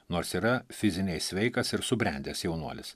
nors yra fiziniai sveikas ir subrendęs jaunuolis